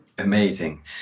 Amazing